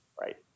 right